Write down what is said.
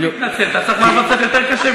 אני עוד לא סולח לך, אתה צריך לעבוד יותר קשה.